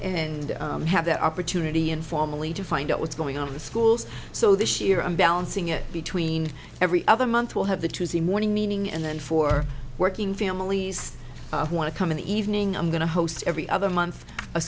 and have the opportunity informally to find out what's going on in the schools so this year i'm balancing it between every other month we'll have the tuesday morning meeting and then for working families who want to come in the evening i'm going to host every other month a